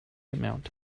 amount